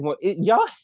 y'all